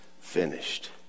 finished